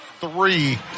three